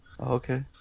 okay